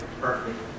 Perfect